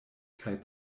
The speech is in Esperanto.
kaj